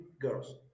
girls